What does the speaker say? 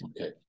Okay